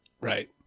Right